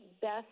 best